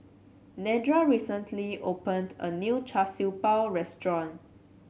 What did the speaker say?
Nedra recently opened a new Char Siew Bao restaurant